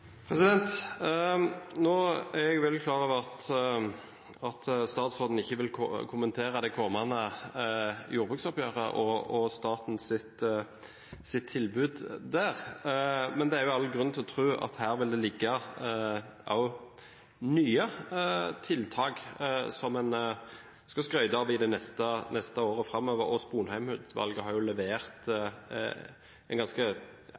Jeg er klar over at statsråden ikke vil kommentere det kommende jordbruksoppgjøret og statens tilbud der. Men det er all grunn til å tro at det der også vil ligge nye tiltak som en kan skryte av de neste årene. Sponheim-utvalget har levert en ganske kort meny over tiltak. Vil det bli gitt en vurdering av effekten av disse tiltakene hvis de blir lagt inn som en